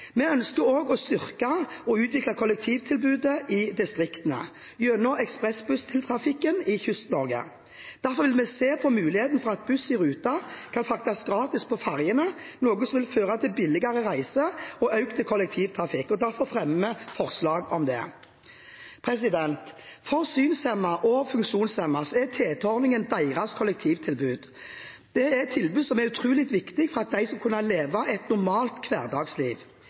Vi ønsker også å styrke og utvikle kollektivtilbudet i distriktene gjennom ekspressbusstrafikken i Kyst-Norge. Vi vil se på muligheten for at buss i rute kan fraktes gratis på ferjene, noe som vil føre til billigere reise og økt kollektivtrafikk. Derfor fremmer vi forslag om det. For synshemmede og funksjonshemmede er TT-ordningen deres kollektivtilbud. Det er et tilbud som er utrolig viktig for at de skal kunne leve et normalt hverdagsliv.